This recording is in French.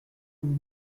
vous